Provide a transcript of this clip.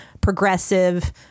progressive